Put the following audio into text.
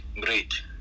Great